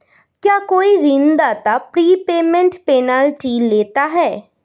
क्या कोई ऋणदाता प्रीपेमेंट पेनल्टी लेता है?